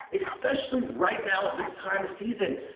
especially right now at this time of season,